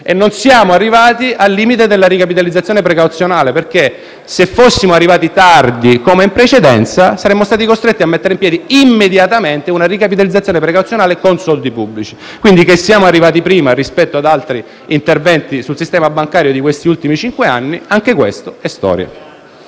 senza arrivare al limite della ricapitalizzazione precauzionale. Se fossimo arrivati tardi, come in precedenza, saremmo stati costretti a mettere in piedi immediatamente una ricapitalizzazione precauzionale con soldi pubblici. Quindi anche che siamo arrivati prima, rispetto ad altri interventi sul sistema bancario degli ultimi cinque anni, è storia.